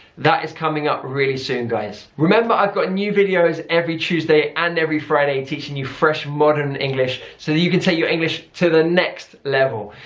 that is coming up really soon guys. remember i've got new videos every tuesday and every friday teaching you fresh modern english so that you can take your english to the next level.